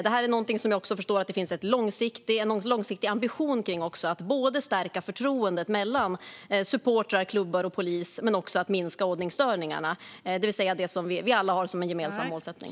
Jag förstår också att det finns en långsiktig ambition kring att stärka förtroendet mellan supportrar, klubbar och polis men också när det gäller att minska ordningsstörningarna, det vill säga det som vi alla har som en gemensam målsättning.